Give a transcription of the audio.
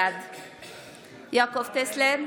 בעד יעקב טסלר,